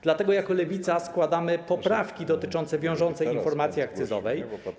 Dlatego jako Lewica składamy poprawki dotyczące wiążącej informacji akcyzowej.